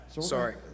Sorry